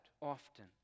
often